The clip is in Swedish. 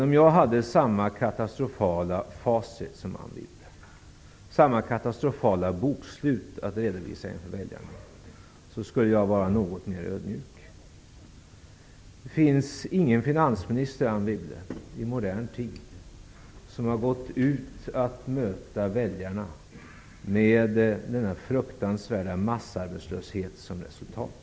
Om jag hade haft samma katastrofala facit och samma katastrofala bokslut som Anne Wibble har att redovisa inför väljarna, skulle jag vara något mera ödmjuk. Det har inte funnits någon finansminister i modern tid, Anne Wibble, som har gått ut att möta väljarna med denna fruktansvärda massarbetslöshet som resultat.